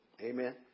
Amen